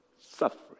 suffering